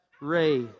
Ray